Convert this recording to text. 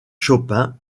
chopin